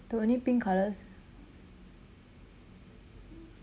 the only pink colour s~